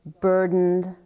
burdened